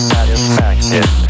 Satisfaction